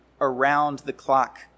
around-the-clock